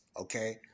okay